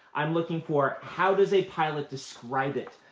i'm looking for how does a pilot describe it,